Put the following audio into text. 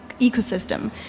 ecosystem